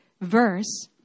verse